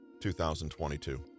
2022